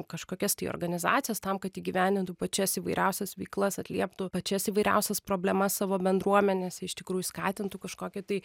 į kažkokias tai organizacijas tam kad įgyvendintų pačias įvairiausias veiklas atlieptų pačias įvairiausias problemas savo bendruomenėse iš tikrųjų skatintų kažkokį tai